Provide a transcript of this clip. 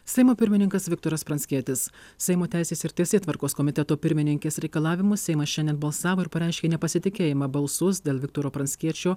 seimo pirmininkas viktoras pranckietis seimo teisės ir teisėtvarkos komiteto pirmininkės reikalavimu seimas šiandien balsavo ir pareiškė nepasitikėjimą balsuos dėl viktoro pranckiečio